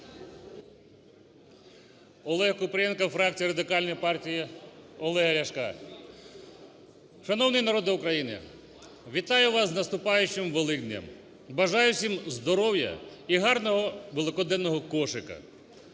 Олег Купрієнко, фракція Радикальної партії Олега Ляшка. Шановний народе України, вітаю вас з наступаючим Великоднем! Бажаю всім здоров'я і гарного великоднього кошика.